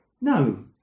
No